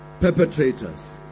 perpetrators